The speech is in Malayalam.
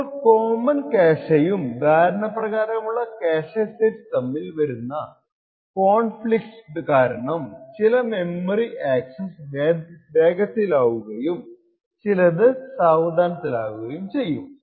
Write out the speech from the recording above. ഇപ്പോൾ കോമൺ ക്യാഷെയും ധാരണപ്രകാരമുള്ള ക്യാഷെ സെറ്റ്സ് തമ്മിൽ വരുന്ന കോൺഫ്ലിക്ട്സ് കാരണം ചില മെമ്മറി അക്സസ്സ് വേഗത്തിലാവുകയും ചിലത് സാവധാനത്തിലാവുകയും ചെയ്യും